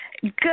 Good